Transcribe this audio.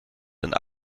and